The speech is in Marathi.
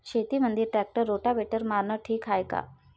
शेतामंदी ट्रॅक्टर रोटावेटर मारनं ठीक हाये का?